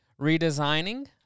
redesigning